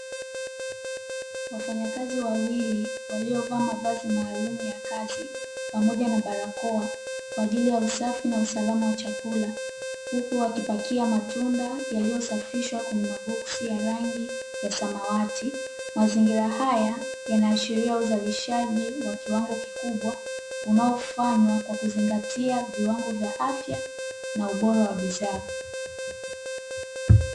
Wafanyakazi wawili waliovaa mavazi maalumu ya kazi pamoja na barakoa kwa ajili ya usafi na usalama wa chakula huku wakipakia matunda yaliosafishwa kwenye maboksi ya rangi ya samawati. Mazingira haya yanaashiria uzalishaji wa kiwango kikubwa, unaofanywa kwa kuzingatia viwango vya afya na ubora wa bidhaa.